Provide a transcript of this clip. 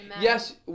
Yes